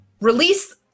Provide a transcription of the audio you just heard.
release